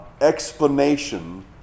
explanation